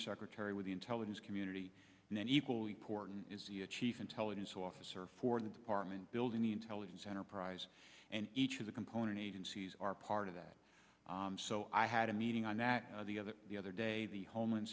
undersecretary with the intelligence community and then equally important is the chief intelligence officer for the department building the intelligence enterprise and each of the component agencies are part of that so i had a meeting on that the other the other day the homeland